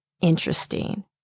interesting